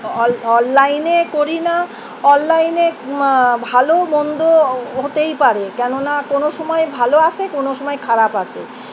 all অনলাইনে করি না অনলাইনে ভালো মন্দ হতেই পারে কেননা কোনো সময়ে ভালো আসে কোনো সময়ে খারাপ আসে